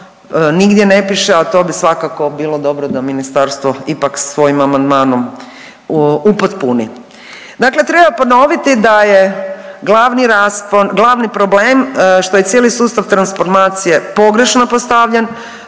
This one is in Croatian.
nigdje ne piše, a to bi svakako bilo dobro da Ministarstvo ipak svojim amandmanom upotpuni. Dakle, treba ponoviti da je glavni raspon, glavni problem što je cijeli sustav transformacije pogrešno postavljen